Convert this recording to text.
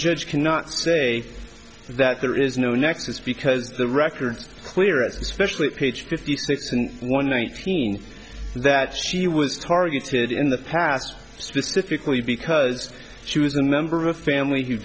judge cannot say that there is no nexus because the records clearance especially page fifty six and one night that she was targeted in the past specifically because she was a member of a family who